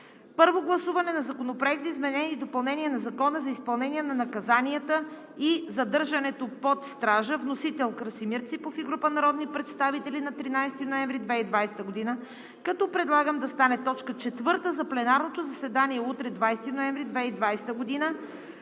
Първо гласуване на Законопроекта за изменение и допълнение на Закона за изпълнение на наказания и задържането под стража. Вносител – Красимир Ципов и група народни представители на 13 ноември 2020 г., като предлагам да стане точка четвърта за пленарното заседание – утре, 20 ноември 2020 г.